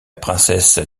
princesse